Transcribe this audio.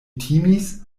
timis